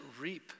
reap